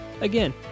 Again